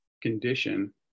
condition